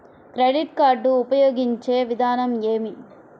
Credit card ఉపయోగించే విధానం ఏమి?